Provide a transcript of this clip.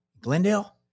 Glendale